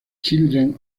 children